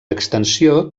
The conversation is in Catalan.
extensió